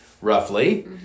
Roughly